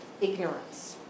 ignorance